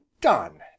done